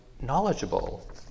knowledgeable